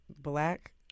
black